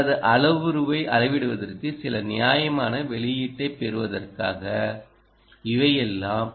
எனது அளவுருவை அளவிடுவதற்கு சில நியாயமான வெளியீட்டைப் பெறுவதற்காக இவை எல்லாம்